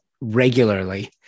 regularly